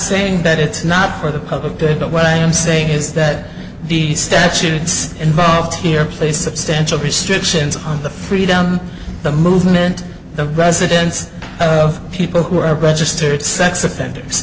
saying that it's not for the public good but what i am saying is that the statutes involved here placed substantial restrictions on the freedom the movement of presidents of people who are registered sex offenders